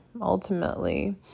ultimately